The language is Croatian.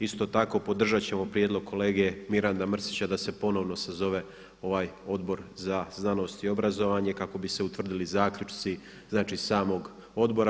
Isto tako podržat ćemo prijedlog kolege Miranda Mrsića da se ponovno sazove ovaj Odbor za znanost i obrazovanje kako bi se utvrdili zaključci samog odbora.